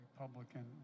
Republican